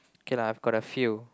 okay lah I've got a few